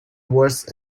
worth